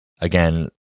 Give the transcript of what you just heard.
again